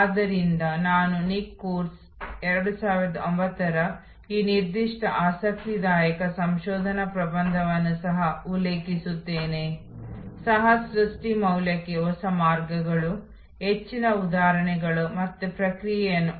ಆದ್ದರಿಂದ ನಾನು ನಿಮಗೆ ಹೆಚ್ಚು ವಿವರವಾದ ಮಾದರಿಯನ್ನು ಒದಗಿಸುತ್ತೇನೆ ಆದ್ದರಿಂದ ಹೆಚ್ಚು ಸಂಕೀರ್ಣವಾದ ನೀಲಿ ನಕ್ಷೆಯನ್ನು